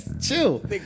chill